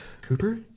Cooper